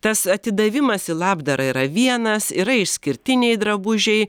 tas atidavimas į labdarą yra vienas yra išskirtiniai drabužiai